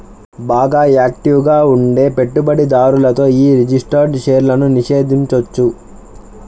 బాగా యాక్టివ్ గా ఉండే పెట్టుబడిదారులతో యీ రిజిస్టర్డ్ షేర్లను నిషేధించొచ్చు